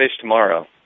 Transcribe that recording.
tomorrow